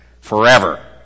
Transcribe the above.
forever